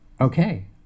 Okay